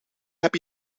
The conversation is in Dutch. heb